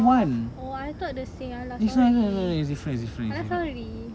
oh oh I thought the same ah lah sorry ah lah sorry